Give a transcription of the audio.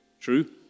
True